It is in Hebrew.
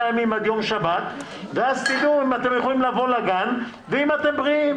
ימים עד יום שבת ואז תדעו אם אתם יכולים לבוא לגן ואם אתם בריאים,